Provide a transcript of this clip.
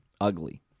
ugly